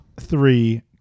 three